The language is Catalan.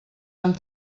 amb